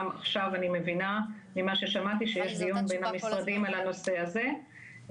עכשיו אני מבינה ממה ששמעתי שיש דיון במשרדים על הנושא הזה,